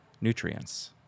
nutrients